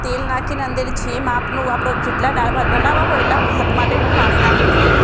તેલ નાખીને અંદરથી જે માપનું આપણે જેટલાં દાળ ભાત બનાવવા હોય એટલા ભાત માટેનું પાણી નાખું છું